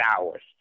hours